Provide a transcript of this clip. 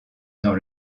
dans